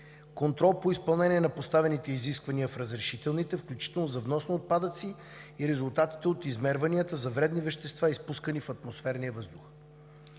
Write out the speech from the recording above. Контролът по изпълнение на поставените изисквания в разрешителните, включително за внос на отпадъци, и резултатите от измерванията за вредни вещества, изпускани в атмосферния въздух.